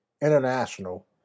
International